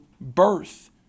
birth